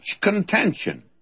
contention